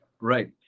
right